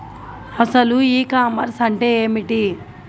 అసలు ecommerce అంటే ఏమిటి?